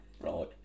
Right